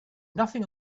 nothing